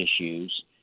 issues